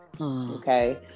Okay